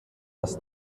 das